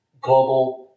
global